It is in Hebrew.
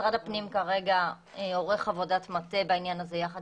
משרד הפנים כרגע עורך עבודת מטה בעניין הזה יחד